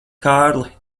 kārli